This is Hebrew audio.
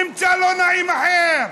נמצא לא נעים אחר.